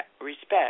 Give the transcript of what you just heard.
respect